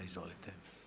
Izvolite.